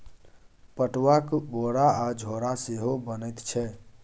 पटुआक बोरा आ झोरा सेहो बनैत छै